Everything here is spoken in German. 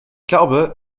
glaube